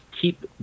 keep